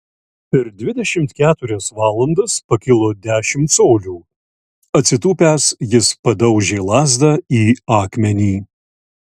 per dvidešimt keturias valandas pakilo dešimt colių atsitūpęs jis padaužė lazdą į akmenį